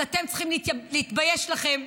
אז אתם צריכים להתבייש לכם,